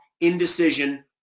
indecision